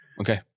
Okay